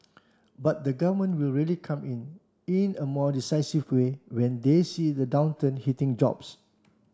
but the Government will really come in in a more decisive way when they see the downturn hitting jobs